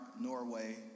Norway